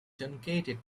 truncated